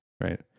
right